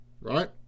right